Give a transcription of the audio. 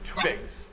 twigs